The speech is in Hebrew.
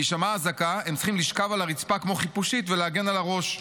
בהישמע אזעקה הם צריכים לשכב על הרצפה כמו חיפושית ולהגן על הראש.